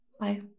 Bye